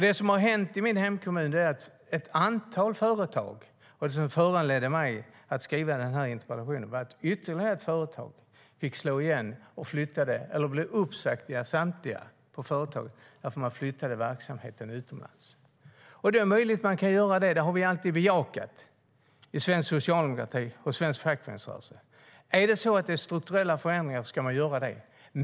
Det som har hänt i min hemkommun, och det som föranledde mig att skriva interpellationen, är att ett antal företag har fått slå igen eller flytta verksamheten utomlands och därmed säga upp samtliga anställda. Det är möjligt att man kan göra det; det har vi alltid bejakat i svensk socialdemokrati och i svensk fackföreningsrörelse - är det strukturella förändringar ska man göra det.